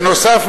בנוסף,